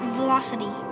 velocity